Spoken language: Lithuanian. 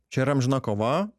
čia yra amžina kova